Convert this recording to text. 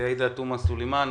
חברת הכנסת עאידה תומא סלימאן,